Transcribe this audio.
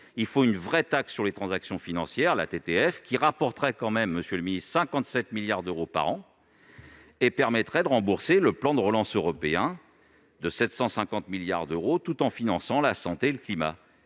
d'une vraie taxe sur les transactions financières, une vraie TTF, qui rapporterait, monsieur le ministre, 57 milliards d'euros par an et permettrait de rembourser le plan de relance européen de 750 milliards d'euros, tout en finançant les dépenses de santé